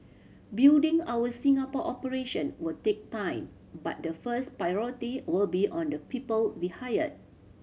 building our Singapore operation will take time but the first priority will be on the people we hire